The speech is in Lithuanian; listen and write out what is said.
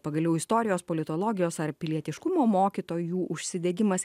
pagaliau istorijos politologijos ar pilietiškumo mokytojų užsidegimas